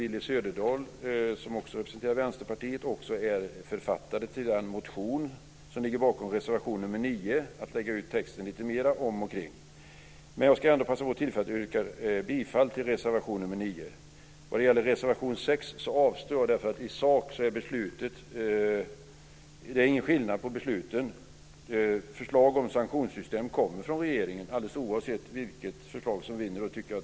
Willy Söderdahl, som också representerar Vänsterpartiet och som är författare till den motion som ligger bakom reservation 9, kommer att lägga ut texten om det. Men jag vill ändå passa på tillfället att yrka bifall till reservation 9. Jag avstår från att yrka bifall till reservation 6, för den innebär ingen skillnad för beslutet. Det kommer förslag om sanktionssystem från regeringen alldeles oavsett vilket förslag riksdagen bifaller.